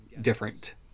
different